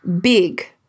big